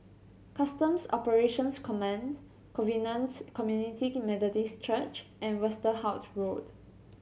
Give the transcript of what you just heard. Customs Operations Command Covenants Community Methodist Church and Westerhout Road